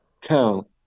count